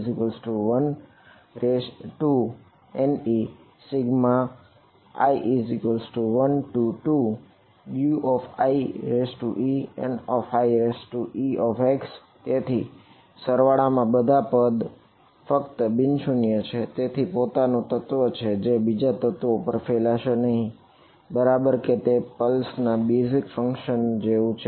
Uxe1NeU1eN1exU2eN2exe1Nei12UieNiex તેથી આ સરવાળામાં બધા પદ ફક્ત બિન શૂન્ય છે તે પોતાનું તત્વ છે તે બીજા તત્વો ઉપર ફેલાશે નહિ બરાબર તે પલ્સ ના બેઝીઝ ફંક્શન જેવું છે